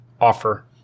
offer